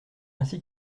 ainsi